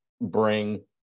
bring